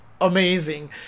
amazing